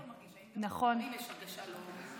איך גבר מרגיש, האם גם לגברים יש הרגשה לא, נכון.